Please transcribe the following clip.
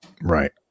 Right